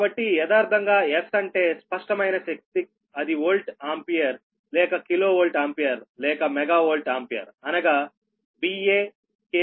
కాబట్టి యదార్ధంగా S అంటే స్పష్టమైన అప్పారంట్ శక్తి అది వోల్ట్ ఆంపియర్ లేక కిలో వోల్ట్ ఆంపియర్ లేక మెగా వోల్ట్ ఆంపియర్ అనగా VA kVA or MVA